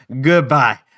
goodbye